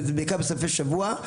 וזה קורה בעיקר בסופי שבוע.